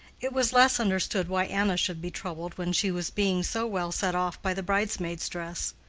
it was less understood why anna should be troubled when she was being so well set off by the bridesmaid's dress.